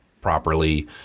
properly